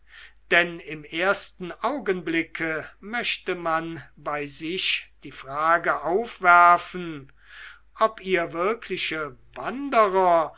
denn im ersten augenblicke möchte man bei sich die frage aufwerfen ob ihr wirkliche wanderer